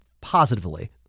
positively